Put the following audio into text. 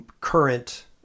current